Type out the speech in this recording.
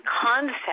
concept